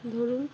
ধরুন